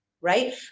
right